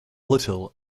little